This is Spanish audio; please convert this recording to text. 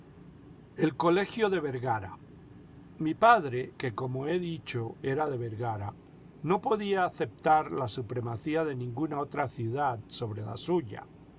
el colegio de vergara mi padre que como he dicho era de vergara no podía aceptar la supremacía de ninguna otra ciudad sobre la suya